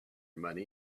money